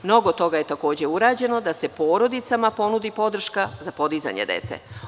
Mnogo toga je urađeno da se porodicama ponudi podrška za podizanje dece.